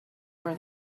where